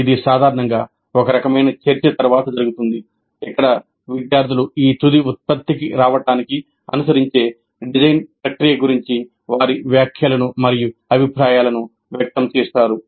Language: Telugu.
ఇది సాధారణంగా ఒక రకమైన చర్చ తరువాత జరుగుతుంది ఇక్కడ విద్యార్థులు ఈ తుది ఉత్పత్తికి రావడానికి అనుసరించే డిజైన్ ప్రక్రియ గురించి వారి వ్యాఖ్యలను మరియు అభిప్రాయాలను వ్యక్తం చేస్తారు